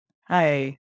Hi